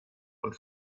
und